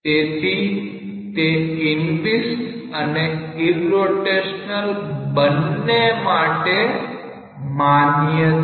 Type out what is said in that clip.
તેથી તે ઇન્વીસીડ અને ઈરરોટેશનલ બંને માટે માન્ય છે